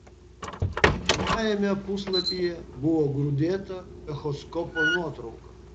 pirmajame puslapyje buvo grūdėta echoskopo nuotrauka